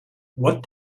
what